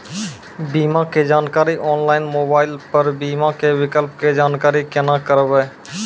बीमा के जानकारी ऑनलाइन मोबाइल पर बीमा के विकल्प के जानकारी केना करभै?